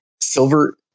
Silver